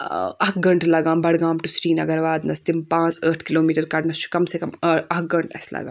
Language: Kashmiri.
اکھ گٲنٛٹہٕ لگان بَڈگام ٹُو سریٖنگر وَاتنَس تِم پانٛژھ ٲٹھ کِلوٗمیٖٹَر کَڑنَس چھُ کَم سے کَم اکھ گٲنٛٹہٕ اَسہِ لگان